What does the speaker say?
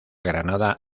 granada